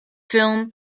film